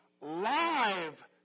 live